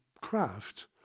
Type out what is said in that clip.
craft